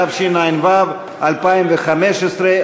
התשע"ו 2015,